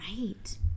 Right